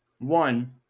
One